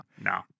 no